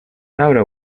laura